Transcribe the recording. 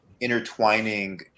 intertwining